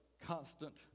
constant